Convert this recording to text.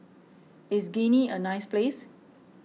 is Guinea a nice place